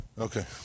Okay